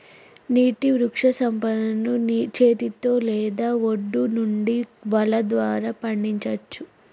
నీటి వృక్షసంపదను చేతితో లేదా ఒడ్డు నుండి వల ద్వారా పండించచ్చు